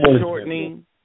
shortening